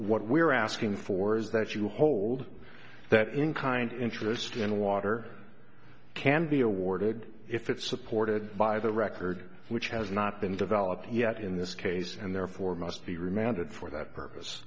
what we're asking for is that you hold that in kind interest in water can be awarded if it's supported by the record which has not been developed yet in this case and therefore must be remanded for that purpose